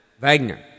Wagner